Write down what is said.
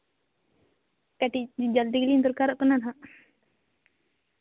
ᱠᱟᱹᱴᱤᱡ ᱡᱟᱞᱫᱤ ᱜᱮᱞᱤᱧ ᱫᱚᱨᱠᱟᱨᱚᱜ ᱠᱟᱱᱟ ᱦᱟᱸᱜ